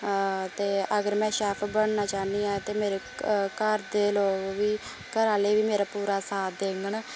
ते अगर में शैफ बनना चाह्न्नी आं ते मेरे घर दे लोग बी घरा आहले बी मेरा पूरा साथ देङन